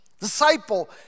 Disciple